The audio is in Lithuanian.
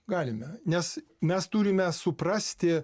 galime nes mes turime suprasti